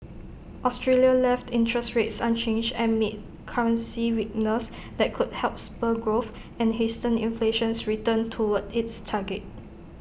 Australia left interest rates unchanged amid currency weakness that could help spur growth and hasten inflation's return toward its target